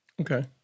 Okay